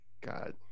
God